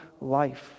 life